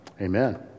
Amen